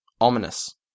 Ominous